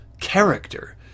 character